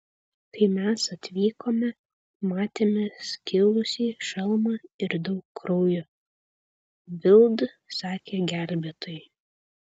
kai mes atvykome matėme skilusį šalmą ir daug kraujo bild sakė gelbėtojai